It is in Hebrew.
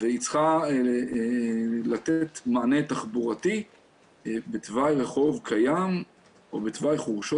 והיא צריכה לתת מענה תחבורתי בתוואי רחוב קיים או בתוואי חורשות